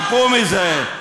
הרפו מזה.